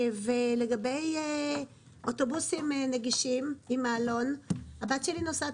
לגבי אוטובוסים נגישים עם מעלון הבת שלי נוסעת